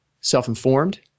self-informed